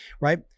right